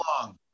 long